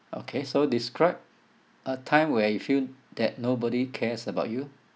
okay so describe a time where you feel that nobody cares about you